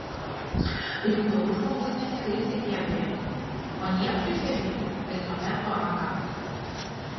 juk taurus žmogus nesikreips į gb o niekšui gb visuomet po ranka